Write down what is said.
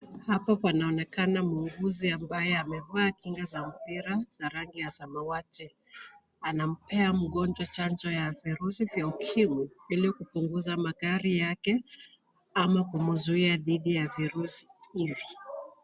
Hapa panaonekana muuguzi ambaye amevaa kinga za mpira za rangi ya samawati, anampea mgonjwa chanjo ya virusi vya ukimwi ili kupunguza makali yake ama kumzuia dhidi ya virusi hivi